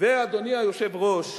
תשאל את יושב-ראש הכנסת.